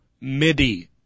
MIDI